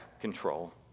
control